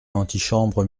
l’antichambre